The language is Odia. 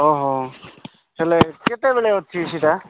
ଓହୋ ତାହାଲେ କେତେବେଳେ ଅଛି ସେଇଟା